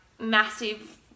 massive